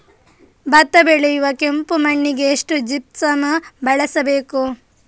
ಭತ್ತ ಬೆಳೆಯುವ ಕೆಂಪು ಮಣ್ಣಿಗೆ ಎಷ್ಟು ಜಿಪ್ಸಮ್ ಬಳಸಬೇಕು?